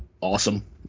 awesome